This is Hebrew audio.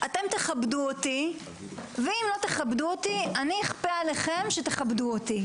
אתם תכבדו אותי ואם לא תכבדו אותי אני אכפה עליכם שתכבדו אותי.